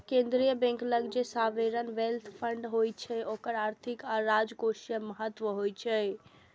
केंद्रीय बैंक लग जे सॉवरेन वेल्थ फंड होइ छै ओकर आर्थिक आ राजकोषीय महत्व होइ छै